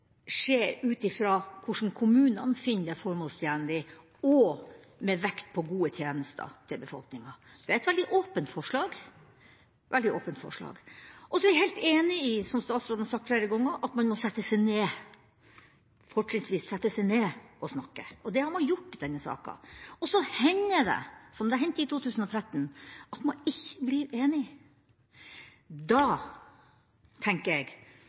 skje ut fra hvordan kommunene finner det formålstjenlig, og med vekt på gode tjenester til befolkninga. Det er et veldig åpent forslag. Så er jeg helt enig i, som statsråden har sagt flere ganger, at man fortrinnsvis må sette seg ned og snakke. Det har man gjort i denne saken. Og så hender det, som det hendte i 2013, at man ikke blir enig. Da tenker jeg